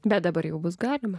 bet dabar jau bus galima